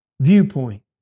Viewpoint